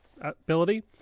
ability